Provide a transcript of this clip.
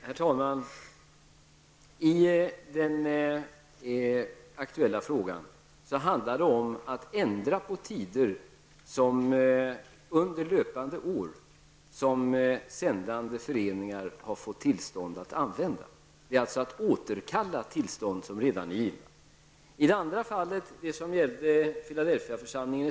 Herr talman! I den aktuella frågan handlar det om att ändra på tider under löpande år som sändande föreningar har fått tillstånd att använda, dvs. att återkalla tillstånd som redan är givna.